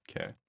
Okay